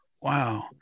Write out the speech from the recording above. Wow